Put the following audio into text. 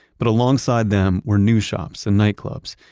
but along side them were new shops and nightclubs,